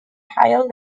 higher